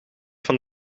van